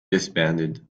disbanded